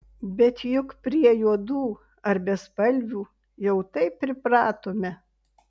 bet juk prie juodų ar bespalvių jau taip pripratome